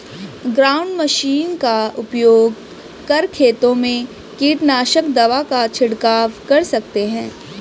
ground machine का उपयोग कर खेतों में कीटनाशक दवा का झिड़काव कर सकते है